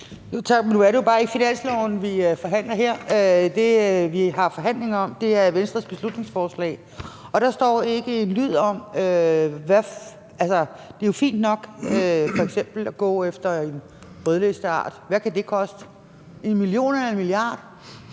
er det jo bare ikke finansloven, vi forhandler her. Det, vi har forhandlinger om, er Venstres beslutningsforslag, og dér står der ikke en lyd om det. Det er jo fint nok f.eks. at gå efter en rødlisteart – hvad kan det koste? En million eller en milliard?